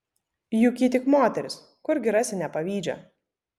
juk ji tik moteris kurgi rasi nepavydžią